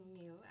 new